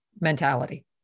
mentality